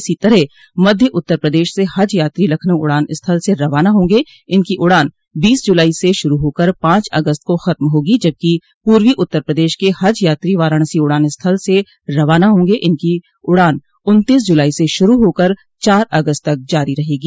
इसी तरह मध्य उत्तर प्रदेश के हज यात्री लखनऊ उड़ान स्थल से रवाना होंगे इनकी उड़ान बीस जुलाई से शुरू होकर पांच अगस्त को खत्म होगी जबकि पूर्वी उत्तर प्रदेश के हज यात्री वाराणसी उड़ान स्थल से रवाना होंगे इनकी उड़ान उन्तीस जुलाई से शुरू होकर चार अगस्त तक जारी रहेगी